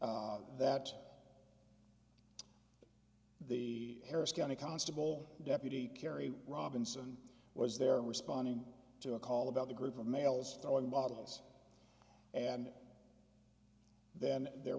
club that the harris county constable deputy carry robinson was there responding to a call about the group of males throwing bottles and then there